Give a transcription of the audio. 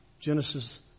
Genesis